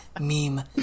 meme